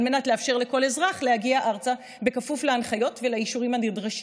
על מנת לאפשר לכל אזרח להגיע ארצה בכפוף להנחיות ולאישור הנדרשים.